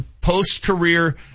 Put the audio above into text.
post-career